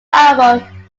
album